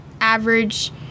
average